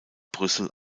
brüssel